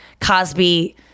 Cosby